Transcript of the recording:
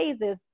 phases